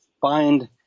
find